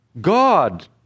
God